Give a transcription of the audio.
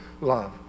love